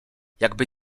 jakby